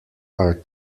are